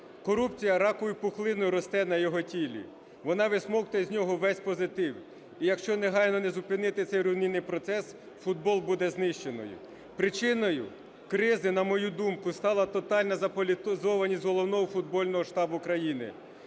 корупція раковою пухлиною росте на його тілі, вона висмоктує з нього весь позитив. І якщо негайно не зупинити цей руйнівний процес, футбол буде знищено. Причиною кризи, на мою думку, стала тотальна заполітизованість головного футбольного штабу країни.